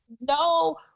no